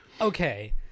Okay